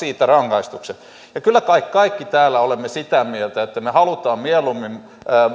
siitä rangaistukset kyllä kai kaikki täällä olemme sitä mieltä että me haluamme mieluummin